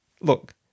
Look